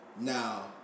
Now